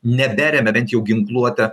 neberemia bent jau ginkluote